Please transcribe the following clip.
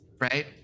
right